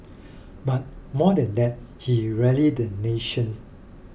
but more than that he rallied the nations